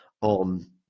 on